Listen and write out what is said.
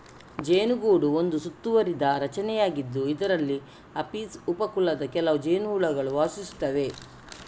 ಜೇನುಗೂಡು ಒಂದು ಸುತ್ತುವರಿದ ರಚನೆಯಾಗಿದ್ದು, ಇದರಲ್ಲಿ ಅಪಿಸ್ ಉಪ ಕುಲದ ಕೆಲವು ಜೇನುಹುಳುಗಳು ವಾಸಿಸುತ್ತವೆ